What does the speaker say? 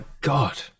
God